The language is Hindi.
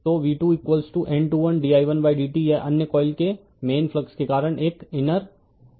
तो v2N21di1dt यह अन्य कॉइल के मेन फ्लक्स के कारण एक इनर इंडयूस्ड वोल्टेज है